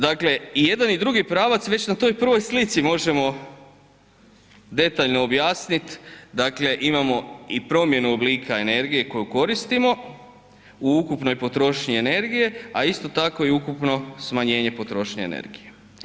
Dakle, i jedan i drugi pravac već na toj prvoj slici možemo detaljno objasnit, dakle imamo i promjenu oblika energije koju koristimo u ukupnoj potrošnji energije, a isto tako i ukupno smanjenje potrošnje energije.